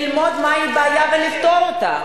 ללמוד מהי הבעיה ולפתור אותה.